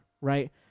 right